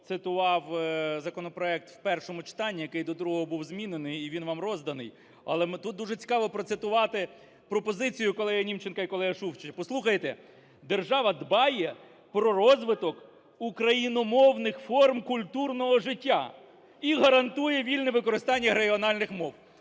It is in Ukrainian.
цитував законопроект в першому читанні, який до другого був змінений, і він вам розданий. Але тут дуже цікаво процитувати пропозицію колегиНімченка і колеги Шуфрича. Послухайте: "Держава дбає про розвиток україномовних форм культурного життя і гарантує вільне використання регіональних мов".